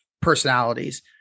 personalities